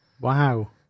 Wow